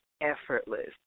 Effortless